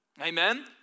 Amen